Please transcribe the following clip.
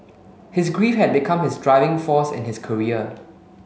his grief had become his driving force in his career